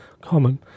common